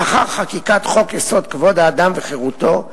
לאחר חקיקת חוק-יסוד: כבוד האדם וחירותו,